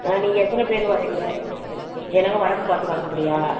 ஏன்னால் நீங்கள் எத்தனை பேர் வரீங்க என்னங்க வடக்கு பார்த்து வாசல் படியா